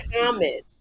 comments